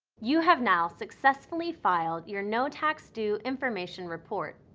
you have now successfully filed your no tax due information report.